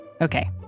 Okay